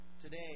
today